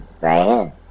right